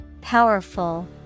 Powerful